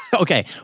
Okay